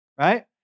right